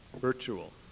Virtual